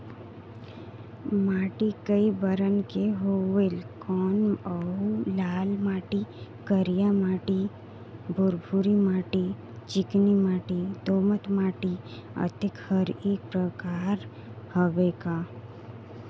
माटी कये बरन के होयल कौन अउ लाल माटी, करिया माटी, भुरभुरी माटी, चिकनी माटी, दोमट माटी, अतेक हर एकर प्रकार हवे का?